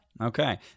Okay